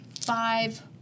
five